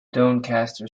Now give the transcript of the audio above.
doncaster